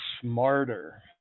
smarter